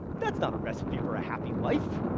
that's not a recipe for a happy life.